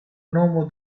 nomo